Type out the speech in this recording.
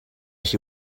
she